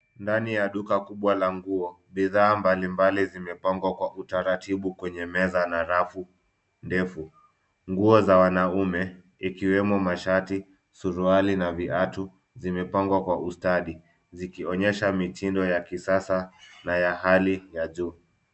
Ndani ya duka kubwa la nguo, bidhaa mbalimbali zimepangwa kwa utaratibu kwenye meza na rafu ndefu. Nguo za wanaume zikiwemo mashati, suruali na viatu zimepangwa kwa ustadi zikionyesha mitindo ya kisasa na ya hali ya juu.